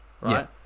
Right